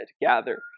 gather